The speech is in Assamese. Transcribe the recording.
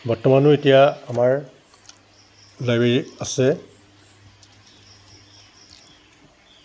বৰ্তমানো এতিয়া আমাৰ লাইব্ৰেৰী আছে